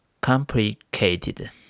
complicated